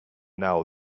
now